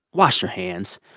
wash your hands.